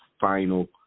final